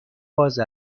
باز